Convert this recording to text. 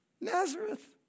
Nazareth